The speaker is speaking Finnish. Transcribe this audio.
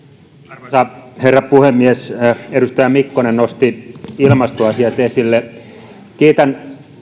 arvoisa herra puhemies edustaja mikkonen nosti ilmastoasiat esille kiitän